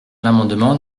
l’amendement